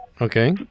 Okay